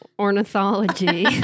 ornithology